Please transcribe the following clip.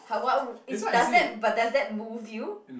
how what does that but does that move you